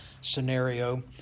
scenario